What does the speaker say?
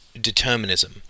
determinism